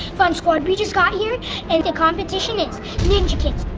fun squad, we just got here and the competition is ninja kidz,